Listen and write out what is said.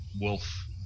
Wolf